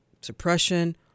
suppression